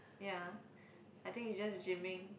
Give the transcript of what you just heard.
ya I think is just gymming